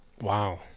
wow